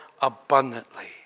abundantly